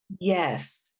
Yes